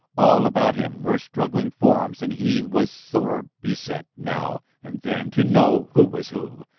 all about him were struggling forms and he was sore beset now and then to know who was who.